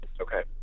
Okay